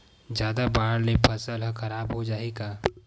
जादा बाढ़ से फसल ह खराब हो जाहि का?